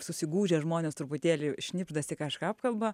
susigūžę žmonės truputėlį šnibždasi kažką apkalba